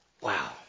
Wow